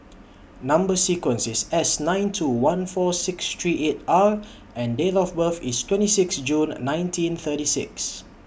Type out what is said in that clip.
Number sequence IS S nine two one four six three eight R and Date of birth IS twenty six June nineteen thirty six